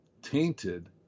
tainted